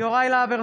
יוראי להב הרצנו,